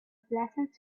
pleasant